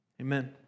Amen